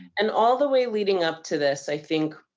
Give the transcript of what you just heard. and all the way leading up to this, i think,